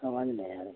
आवाज़ नहीं आ रही